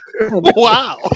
Wow